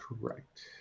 correct